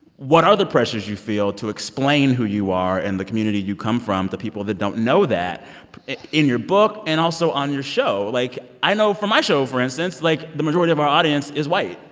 what are the pressures you feel to explain who you are and the community you come from to people that don't know that in your book and, also, on your show like, i know from my show, for instance, like, the majority of our audience is white.